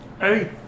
Hey